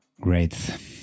Great